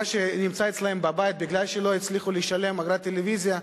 שנמצא אצלם בבית כי לא הצליחו לשלם אגרת טלוויזיה,